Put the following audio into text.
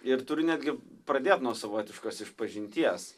ir turiu netgi pradėt nuo savotiškos išpažinties